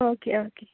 okay okay